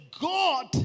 God